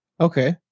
Okay